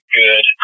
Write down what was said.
good